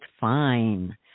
fine